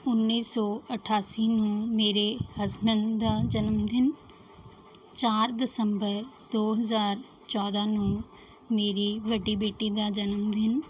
ਉੱਨੀ ਸੌ ਅਠਾਸੀ ਨੂੰ ਮੇਰੇ ਹਸਬੈਂਡ ਦਾ ਜਨਮਦਿਨ ਚਾਰ ਦਸੰਬਰ ਦੋ ਹਜ਼ਾਰ ਚੌਦ੍ਹਾਂ ਨੂੰ ਮੇਰੀ ਵੱਡੀ ਬੇਟੀ ਦਾ ਜਨਮਦਿਨ